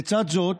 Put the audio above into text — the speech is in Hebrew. לצד זאת,